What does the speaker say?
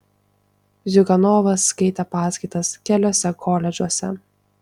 ziuganovas skaitė paskaitas keliuose koledžuose